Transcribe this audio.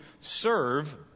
serve